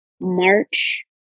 March